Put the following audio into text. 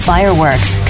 Fireworks